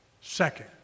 Second